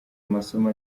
amasomo